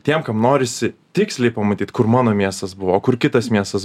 tiem kam norisi tiksliai pamatyt kur mano miestas buvo kur kitas miestas